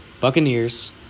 Buccaneers